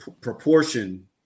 proportion